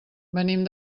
venim